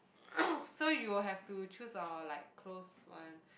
so you'll have to choose or like close one